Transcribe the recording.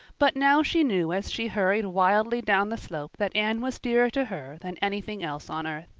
but now she knew as she hurried wildly down the slope that anne was dearer to her than anything else on earth.